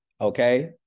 okay